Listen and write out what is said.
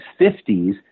50s